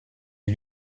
les